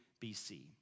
BC